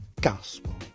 gospel